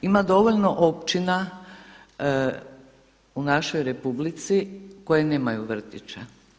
Ima dovoljno općina u našoj Republici koje nemaju vrtića.